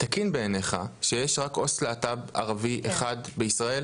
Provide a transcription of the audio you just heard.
האם זה תקין בעיניך שיש רק עו״ס להט״ב ערבי אחד ישראל?